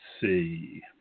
see